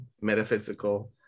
metaphysical